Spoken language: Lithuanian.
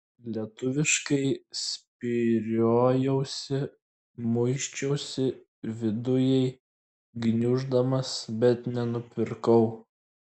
lietuviškai spyriojausi muisčiausi vidujai gniuždamas bet nenupirkau